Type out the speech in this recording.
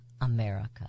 America